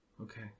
Okay